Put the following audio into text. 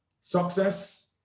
success